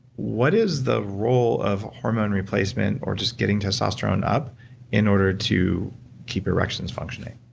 what is the role of hormone replacement, or just getting testosterone up in order to keep erections functioning?